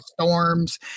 storms